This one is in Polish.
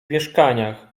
mieszkaniach